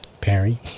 Perry